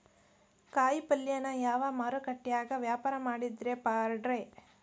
ಕಾಯಿಪಲ್ಯನ ಯಾವ ಮಾರುಕಟ್ಯಾಗ ವ್ಯಾಪಾರ ಮಾಡಿದ್ರ ಪಾಡ್ರೇ?